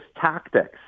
tactics